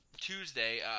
Tuesday